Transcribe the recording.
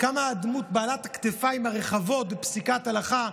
כמה הדמות בעלת הכתפיים הרחבות בפסיקת הלכה.